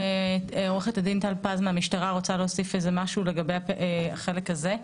עורכת הדין טל פז מהמשטרה רוצה להוסיף משהו לגבי החלק הזה,